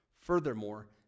Furthermore